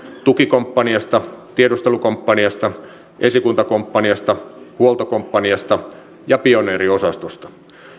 tukikomppaniasta tiedustelukomppaniasta esikuntakomppaniasta huoltokomppaniasta ja pioneeriosastosta